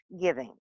giving